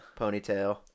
Ponytail